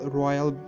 royal